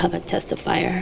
public testify or